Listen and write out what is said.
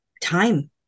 time